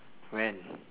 when